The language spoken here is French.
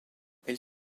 elle